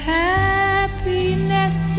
happiness